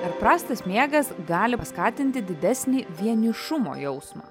ar prastas miegas gali paskatinti didesnį vienišumo jausmą